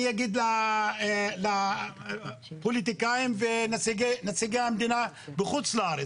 לפוליטיקאים ולנציגי המדינה בחו"ל.